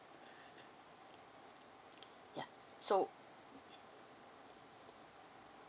ya so